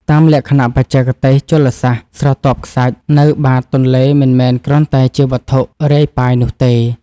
តាមលក្ខណៈបច្ចេកទេសជលសាស្ត្រ ស្រទាប់ខ្សាច់នៅបាតទន្លេមិនមែនគ្រាន់តែជាវត្ថុធាតុរាយប៉ាយនោះទេ។